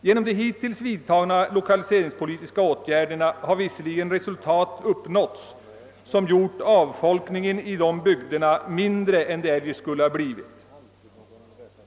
Genom de hittills vidtagna lokaliseringspolitiska åtgärderna har visserligen resultat uppnåtts som gjort avfolkningen i ifrågavarande bygder mindre än vad som eljest skulle ha blivit fallet.